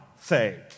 say